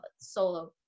solo